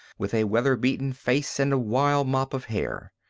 with a weather-beaten face and a wild mop of hair.